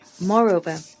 Moreover